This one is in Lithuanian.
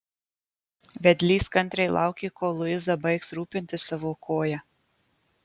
vedlys kantriai laukė kol luiza baigs rūpintis savo koja